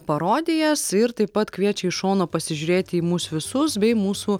parodijas ir taip pat kviečia iš šono pasižiūrėti į mus visus bei mūsų